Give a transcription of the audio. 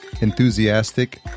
enthusiastic